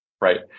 Right